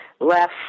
left